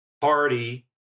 party